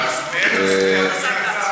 שאת תחשבי שצריך תחבורה ציבורית בשבת,